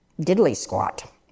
diddly-squat